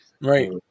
Right